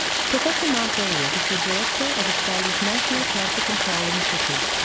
professor mark elwood is the director of australia's national cancer control initiative,